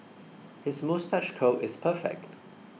his moustache curl is perfect